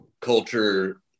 culture